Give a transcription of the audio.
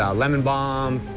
um lemon bombs,